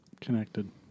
Connected